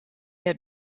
der